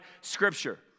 scripture